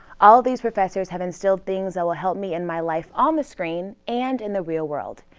all these professors have instilled things that will help me in my life on the screen and in the real world.